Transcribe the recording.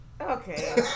okay